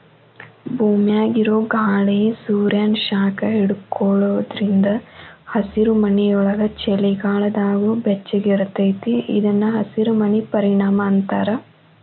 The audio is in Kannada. ಭೂಮ್ಯಾಗಿರೊ ಗಾಳಿ ಸೂರ್ಯಾನ ಶಾಖ ಹಿಡ್ಕೊಳೋದ್ರಿಂದ ಹಸಿರುಮನಿಯೊಳಗ ಚಳಿಗಾಲದಾಗೂ ಬೆಚ್ಚಗಿರತೇತಿ ಇದನ್ನ ಹಸಿರಮನಿ ಪರಿಣಾಮ ಅಂತಾರ